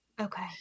Okay